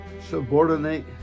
Subordinate